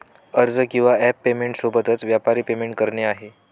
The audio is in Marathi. अर्ज किंवा ॲप पेमेंट सोबतच, व्यापारी पेमेंट करणे आहे